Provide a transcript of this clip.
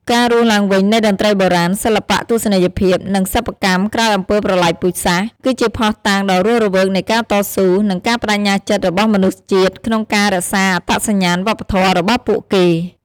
ការរស់ឡើងវិញនៃតន្ត្រីបុរាណ សិល្បៈទស្សនីយភាព និងសិប្បកម្មក្រោយអំពើប្រល័យពូជសាសន៍ គឺជាភស្តុតាងដ៏រស់រវើកនៃការតស៊ូ និងការប្តេជ្ញាចិត្តរបស់មនុស្សជាតិក្នុងការរក្សាអត្តសញ្ញាណវប្បធម៌របស់ពួកគេ។